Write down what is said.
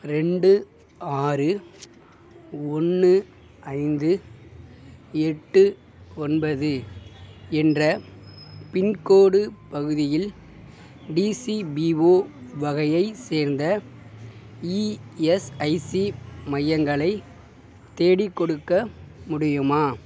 ரெண்டு ஆறு ஒன்று ஐந்து எட்டு ஒன்பது என்ற பின்கோடு பகுதியில் டிசிபிஒ வகையை சேர்ந்த இஎஸ்ஐசி மையங்களை தேடிக்கொடுக்க முடியுமா